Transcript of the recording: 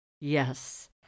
Yes